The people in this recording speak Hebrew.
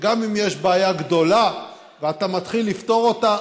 שגם אם יש בעיה גדולה ואתה מתחיל לפתור אותה,